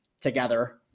together